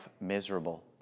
miserable